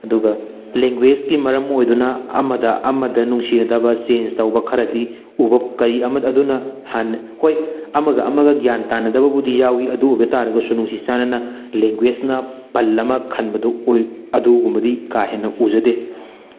ꯑꯗꯨꯒ ꯂꯦꯡꯒꯨꯋꯦꯖꯀꯤ ꯃꯔꯝ ꯑꯣꯏꯗꯨꯅ ꯑꯃꯗ ꯑꯃꯗ ꯅꯨꯡꯁꯤꯅꯗꯕ ꯆꯦꯟꯖ ꯇꯧꯕ ꯈꯔꯗꯤ ꯎꯕ ꯀꯔꯤ ꯑꯃꯗ ꯑꯗꯨꯅ ꯍꯥꯟꯅ ꯍꯣꯏ ꯑꯃꯒ ꯑꯃꯒ ꯒ꯭ꯌꯥꯟ ꯇꯥꯅꯗꯕꯕꯨꯗꯤ ꯌꯥꯎꯋꯤ ꯑꯗꯨ ꯑꯣꯏꯕ ꯇꯥꯔꯒꯁꯨ ꯅꯨꯡꯁꯤ ꯆꯥꯅꯅ ꯂꯦꯡꯒꯨꯋꯦꯖꯅ ꯄꯜ ꯑꯃ ꯈꯟꯕꯗꯣ ꯑꯣꯏ ꯑꯗꯨꯒꯨꯝꯕꯗꯤ ꯀꯥ ꯍꯦꯟꯅ ꯎꯖꯗꯦ